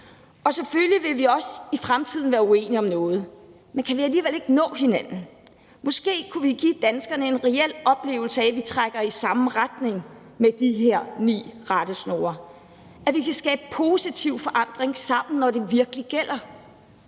og selvfølgelig vil vi også i fremtiden være uenige om noget, men kan vi alligevel ikke nå hinanden? Måske kunne vi give danskerne en reel oplevelse af, at vi trækker i samme retning med de her ni rettesnore, og at vi kan skabe positiv forandring sammen, når det virkelig gælder